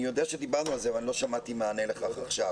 אני יודע שדיברנו על זה ואני לא שמעתי מענה לכך עכשיו.